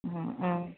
ம் ம்